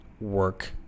work